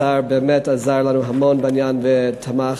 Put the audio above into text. השר באמת עזר לנו המון בעניין ותמך,